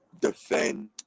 defend